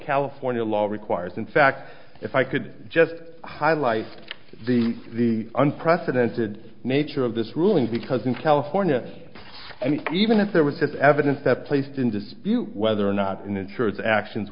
california law requires in fact if i could just highlight the the unprecedented nature of this ruling because in california and even if there was evidence that placed in dispute whether or not insurers actions